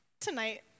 tonight